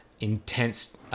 intense